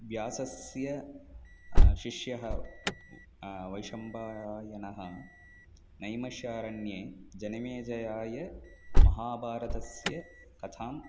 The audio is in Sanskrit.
व्यासस्य शिष्यः वैशम्पायनः नैमिषारण्ये जनेमेजयाय महाभारतस्य कथाम्